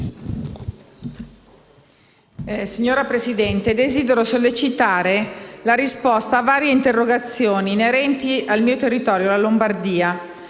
Signora Presidente, desidero sollecitare la risposta a varie interrogazioni inerenti il mio territorio, la Lombardia.